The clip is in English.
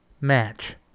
match